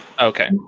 Okay